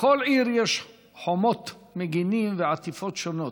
לכל עיר יש חומות, מגינים ועטיפות שונות.